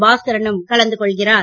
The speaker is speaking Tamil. பாஸ்கரனும் கலந்து கொள்கிறார்